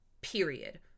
Period